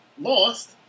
lost